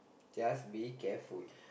just be careful